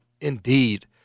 indeed